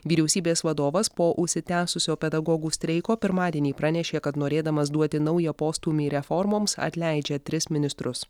vyriausybės vadovas po užsitęsusio pedagogų streiko pirmadienį pranešė kad norėdamas duoti naują postūmį reformoms atleidžia tris ministrus